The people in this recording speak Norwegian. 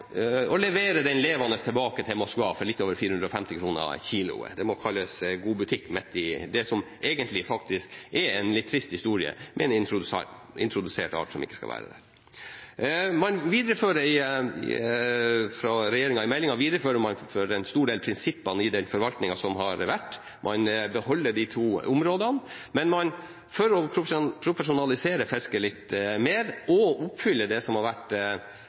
og leverer den levende tilbake til Moskva for litt over 450 kr per kilo. Det må kalles god butikk midt i det som egentlig er en litt trist historie om en introdusert art som ikke skal være der. I meldingen viderefører man for en stor del prinsippene i forvaltningen som har vært. Man beholder de to områdene, men for å profesjonalisere fisket litt mer og oppfylle det som har vært